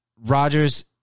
Rodgers